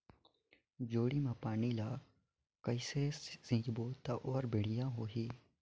जोणी मा पानी ला कइसे सिंचबो ता ओहार बेडिया होही?